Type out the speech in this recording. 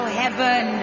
heaven